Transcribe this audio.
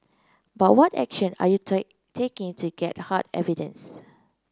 but what action are you taking to get hard evidence